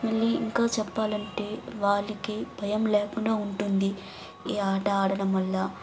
మళ్ళీ ఇంకా చెప్పాలంటే వాళ్ళకి భయం లేకుండా ఉంటుంది ఈ ఆట ఆడడం వల్ల